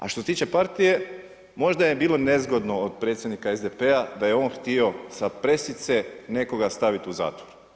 A što se tiče partije, možda je bilo nezgodno od predsjednika SDP-a da je on htio sa presice nekoga staviti u zatvor.